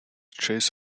chase